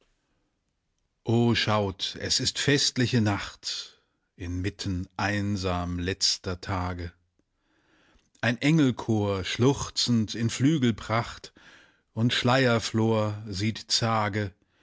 o schaut es ist festliche nacht inmitten einsam letzter tage ein engelchor schluchzend in flügelpracht und schleierflor sieht zage